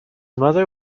mother